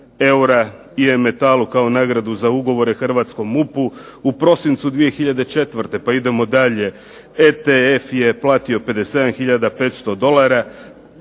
eura i IM Metalu kao nagradu za ugovore hrvatskom MUP-u. U prosincu 2004. pa idemo dalje ETF je platio 57 tisuća 500 dolara,